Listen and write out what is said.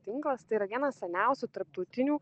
tinklas tai yra vienas seniausių tarptautinių